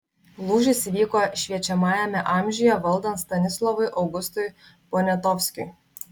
lūžis įvyko šviečiamajame amžiuje valdant stanislovui augustui poniatovskiui